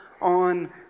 on